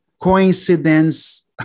coincidence